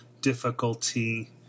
difficulty